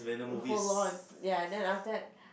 hold on ya then after that